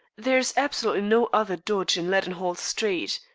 there is absolutely no other dodge in leadenhall street.